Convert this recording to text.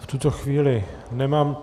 V tuto chvíli nemám...